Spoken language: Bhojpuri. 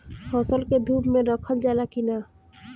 फसल के धुप मे रखल जाला कि न?